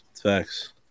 Facts